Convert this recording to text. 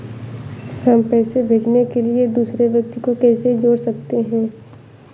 हम पैसे भेजने के लिए दूसरे व्यक्ति को कैसे जोड़ सकते हैं?